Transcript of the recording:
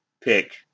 pick